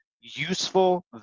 useful